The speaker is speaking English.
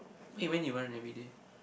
eh when you run everyday